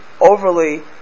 overly